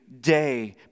day